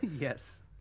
Yes